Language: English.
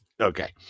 Okay